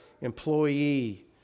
employee